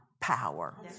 power